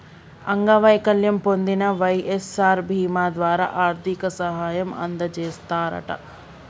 అంగవైకల్యం పొందిన వై.ఎస్.ఆర్ బీమా ద్వారా ఆర్థిక సాయం అందజేస్తారట